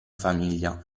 famiglia